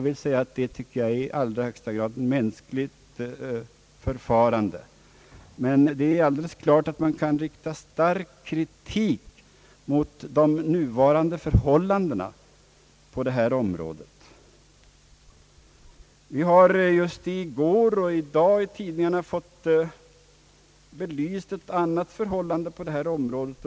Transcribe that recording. Men det är alldeles klart, att man kan rikta stark kritik Just i går och i dag har vi i tidningarna fått belyst ett annat förhållande på detta område.